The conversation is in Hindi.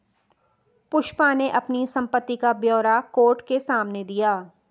पुष्पा ने अपनी संपत्ति का ब्यौरा कोर्ट के सामने दिया